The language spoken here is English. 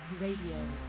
Radio